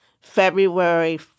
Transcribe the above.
February